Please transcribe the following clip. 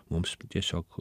mums tiesiog